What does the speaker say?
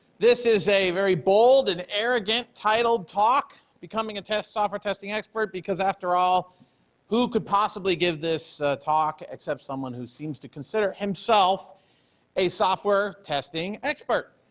this is a very bold and arrogant titled talk, becoming a test software testing expert, because after all who could possibly give this talk except someone who seems to consider himself a software testing expert.